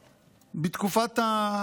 בתקופת,